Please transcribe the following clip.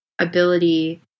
ability